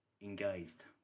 engaged